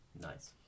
Nice